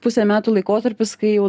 pusę metų laikotarpis kai jau